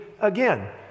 again